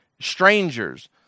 Strangers